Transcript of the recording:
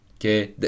okay